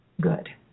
good